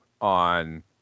on